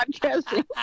podcasting